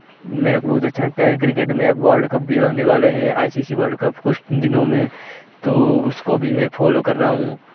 मेरे को बहुत अच्छा लगता है क्रिकेट में अब वर्ल्ड कप भी आने वाला हे I C C world cup कुछ दिनों में तो उसको भी में फॉलो कर रहा हूँ